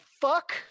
fuck